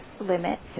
limits